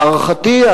להערכתי,